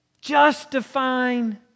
justifying